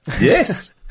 Yes